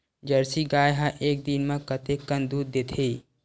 Jersey गाय ह एक दिन म कतेकन दूध देथे?